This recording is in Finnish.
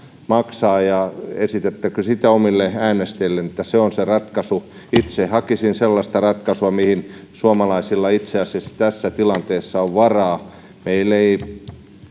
maksavat ja esitättekö sitä omille äänestäjillenne että se on se ratkaisu itse hakisin sellaista ratkaisua mihin suomalaisilla itse asiassa tässä tilanteessa on varaa meillä ei